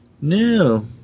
No